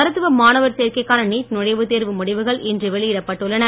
மருத்துவ மாணவர் சேர்க்கைகான நீட் நுழைவுத் தேர்வு முடிவுகள் இன்று வெளியிடப் பட்டுள்ளன